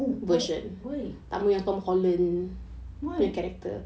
oo why why why